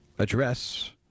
Address